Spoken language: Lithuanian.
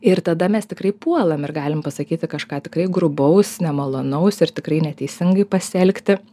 ir tada mes tikrai puolam ir galim pasakyti kažką tikrai grubaus nemalonaus ir tikrai neteisingai pasielgti